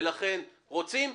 לכן רוצים?